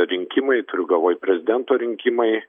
rinkimai turiu galvoj prezidento rinkimai